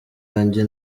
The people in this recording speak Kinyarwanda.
wanjye